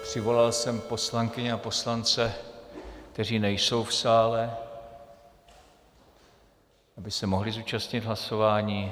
Přivolal jsem poslankyně a poslance, kteří nejsou v sále, aby se mohli zúčastnit hlasování...